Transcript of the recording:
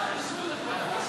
חברי הכנסת)